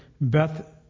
Beth